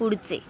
पुढचे